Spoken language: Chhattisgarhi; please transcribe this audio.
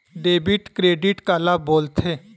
डेबिट क्रेडिट काला बोल थे?